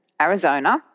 Arizona